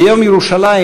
ויום ירושלים,